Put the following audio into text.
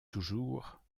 toujours